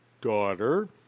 daughter